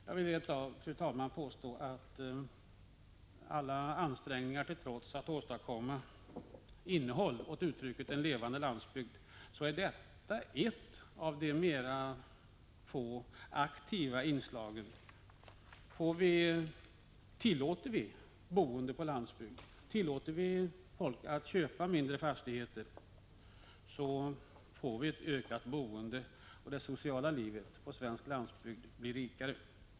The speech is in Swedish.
Jag vill rent av, fru talman, påstå att detta, alla ansträngningar att ge innehåll åt uttrycket ”en levande landsbygd” till trots, är ett av de få aktiva inslagen i den riktningen. Tillåter vi boende på landsbygden och tillåter vi folk att köpa mindre fastigheter, får vi ett ökat boende, och det sociala livet på svensk landsbygd blir rikare.